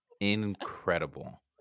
incredible